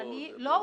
לא,